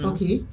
Okay